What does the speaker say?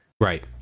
right